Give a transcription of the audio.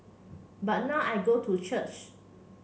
but now I go to church